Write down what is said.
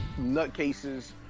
nutcases